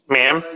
Ma'am